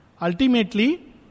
ultimately